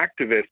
activists